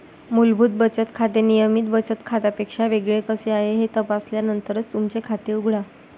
मूलभूत बचत खाते नियमित बचत खात्यापेक्षा वेगळे कसे आहे हे तपासल्यानंतरच तुमचे खाते उघडा